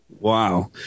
Wow